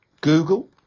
Google